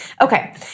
Okay